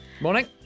Morning